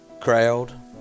Crowd